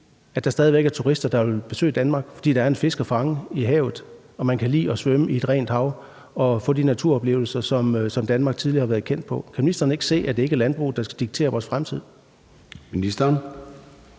at der stadig væk er turister, der vil besøge Danmark, fordi der er en fisk at fange i havet, og fordi man kan lide at svømme i et rent hav og kan få de naturoplevelser, som Danmark tidligere har været kendt for. Kan ministeren ikke se, at det ikke er landbruget, der skal diktere vores fremtid?